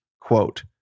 Quote